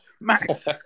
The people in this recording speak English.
Max